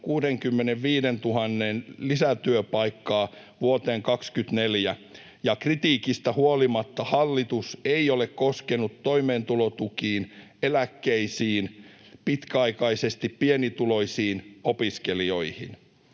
65 000 lisätyöpaikkaa vuoteen 24. Ja kritiikistä huolimatta hallitus ei ole koskenut toimeentulotukiin, eläkkeisiin eikä pitkäaikaisesti pienituloisiin, opiskelijoihin.